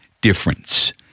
difference